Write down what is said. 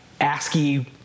ASCII